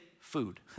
food